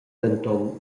denton